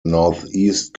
northeast